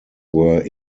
were